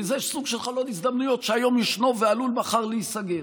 כי זה סוג של חלון הזדמנויות שהיום ישנו ועלול מחר להיסגר.